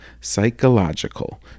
psychological